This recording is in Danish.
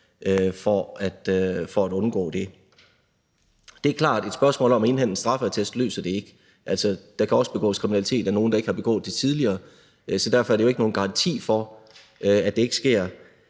for at undgå det. Det er klart, at et spørgsmål om at indhente en straffeattest ikke løser det. Altså, der kan også begås kriminalitet af nogle, der ikke har begået det tidligere, så derfor er det jo ikke nogen garanti for, at det ikke sker.